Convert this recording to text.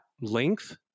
length